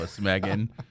Megan